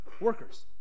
workers